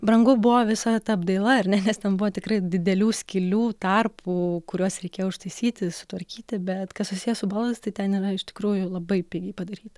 brangu buvo visa ta apdaila ar ne nes ten buvo tikrai didelių skylių tarpų kuriuos reikėjo užtaisyti sutvarkyti bet kas susiję su baldais tai ten yra iš tikrųjų labai pigiai padaryta